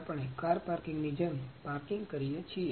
આપણે કાર પાર્કિંગની જેમ પાર્કિંગ કરીએ છીએ